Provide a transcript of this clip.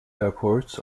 airports